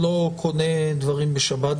העזר.